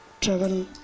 travel